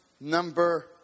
number